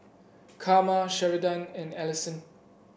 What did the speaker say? Karma Sheridan and Allyson